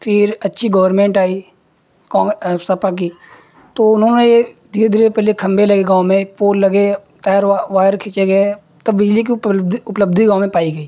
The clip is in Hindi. फिर अच्छी गवर्नमेन्ट आई कॉन सपा की तो उन्होंने धीरे धीरे पहले खम्भे लगे गाँव में पोल लगे तार वायर खींचे गए तब बिजली की उपलब्धि उपलब्धि गाँव में पाई गई